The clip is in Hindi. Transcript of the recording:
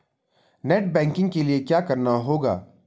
नेट बैंकिंग के लिए क्या करना होगा?